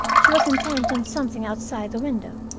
she was intent on something outside the window.